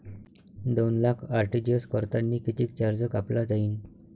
दोन लाख आर.टी.जी.एस करतांनी कितीक चार्ज कापला जाईन?